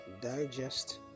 Digest